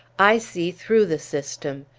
i see through the system.